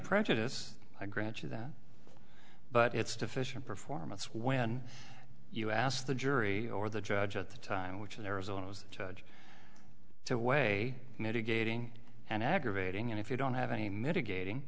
prejudice i grant you that but it's deficient performance when you ask the jury or the judge at the time which in arizona was the judge to weigh mitigating and aggravating and if you don't have any mitigating